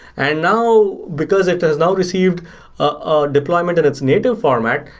and now, because it has now received ah deployment in its native format,